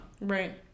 Right